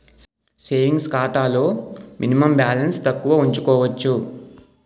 savings ఖాతాలో minimum balance తక్కువ ఉంచుకోవచ్చు